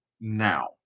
now